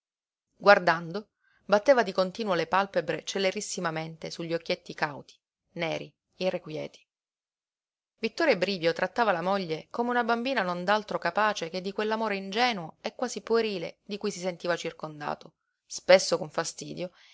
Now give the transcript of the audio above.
guardando batteva di continuo le pàlpebre celerissimamente su gli occhietti cauti neri irrequieti vittore brivio trattava la moglie come una bambina non d'altro capace che di quell'amore ingenuo e quasi puerile di cui si sentiva circondato spesso con fastidio